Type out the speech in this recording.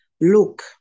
Look